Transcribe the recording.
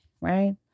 right